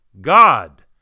God